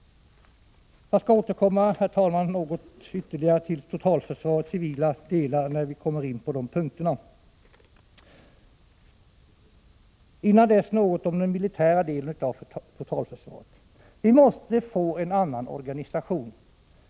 Jag skall återkomma till totalförsvarets civila delar när vi kommer in på de punkterna. Innan dess, något om den militära delen av totalförsvaret. Vi måste få en annan organisation.